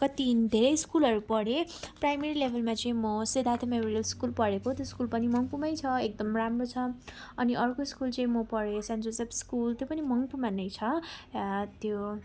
कति धेरै स्कुलहरू पढेँ प्राइमेरी लेभलमा चाहिँ म सेलाथन मेरी स्कुल पढेको मङ्पुमै छ एकदम राम्रो छ अनि अर्को स्कुल चाहिँ म पढेको सेन्ट जोसेफ स्कुल त्यो पनि मङ्पुमा नै छ त्यो